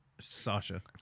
Sasha